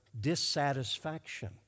dissatisfaction